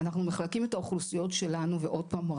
אנחנו מחלקים את האוכלוסיות שלנו - ועוד פעם,